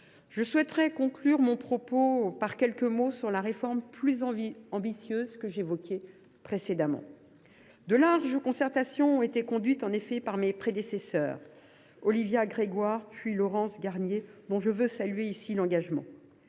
j’aimerais conclure mon propos par quelques mots sur la réforme plus ambitieuse que j’évoquais précédemment. De larges concertations ont été conduites par mes prédécesseures, Olivia Grégoire et Laurence Garnier, dont je veux saluer ici l’engagement.